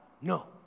No